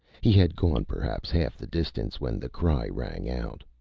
he had gone perhaps half the distance when the cry rang out.